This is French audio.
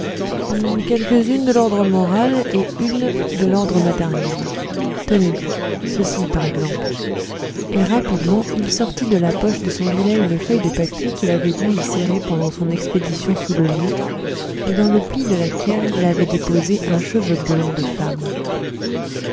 quelques-unes de l'ordre moral et une de l'ordre matériel tenez ceci par exemple et rapidement il sortit de la poche de son gilet une feuille de papier qu'il avait dû y serrer pendant son expédition sous le lit et dans le pli de laquelle il avait déposé un cheveu blond de femme